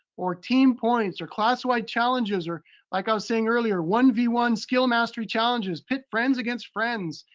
or team points or class wide challenges, or like i was saying earlier, one-v-one skill mastery challenges, pit friends against friends.